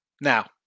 Now